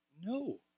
No